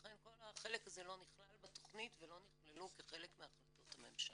לכן כל החלק הזה לא נכלל בתכנית ולא נכללו כחלק מהחלטות הממשלה.